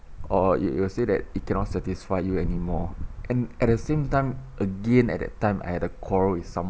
or you you will say that it cannot satisfy you anymore and at the same time again at that time I had a quarrel with someone